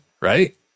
right